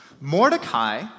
Mordecai